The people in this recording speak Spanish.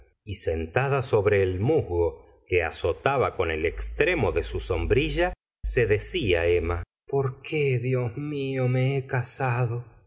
y sentada sobre el musgo que azotaba con el extremo de su sombrilla se decía emma por qué dios mío me he casado